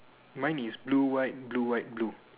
mine is blue white blue white blue